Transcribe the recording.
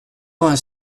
vingt